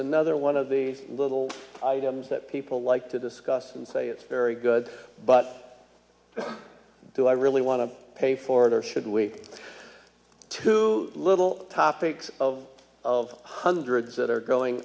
another one of these little items that people like to discuss and say it's very good but do i really want to pay for it or should we too little topics of of hundreds that are going